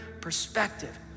perspective